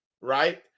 right